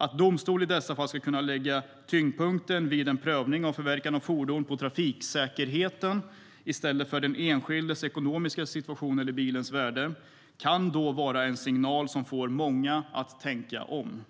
Att domstolen i dessa fall ska kunna lägga tyngdpunkten på trafiksäkerheten vid en prövning av förverkande av fordon i stället för den enskildes ekonomiska situation eller bilens värde kan vara en signal som får många att tänka om.